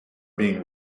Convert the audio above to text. being